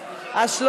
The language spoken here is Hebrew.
אז,